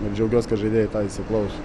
ir džiaugiuos kad žaidėjai tą įsiklauso